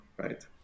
right